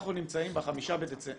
אנחנו נמצאים ב-5 בדצמבר.